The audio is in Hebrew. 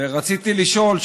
ורציתי לשאול,